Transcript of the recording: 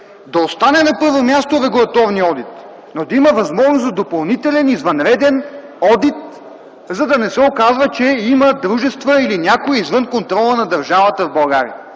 Да остане на първо място регулаторният одит, но да има възможност за допълнителен извънреден одит, за да не се оказва, че има дружества или някой извън контрола на държавата в България.